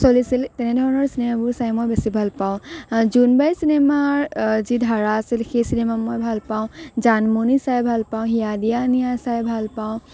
চলিছিল তেনেধৰণৰ চিনেমাবোৰ চাই মই বেছি ভাল পাওঁ জোনবাই চিনেমাৰ যি ধাৰা আছিল সেই চিনেমা মই ভাল পাওঁ জানমনি চাই ভাল পাওঁ হিয়া দিয়া নিয়া চাই ভাল পাওঁ